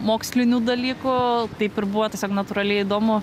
mokslinių dalykų taip ir buvo tiesiog natūraliai įdomu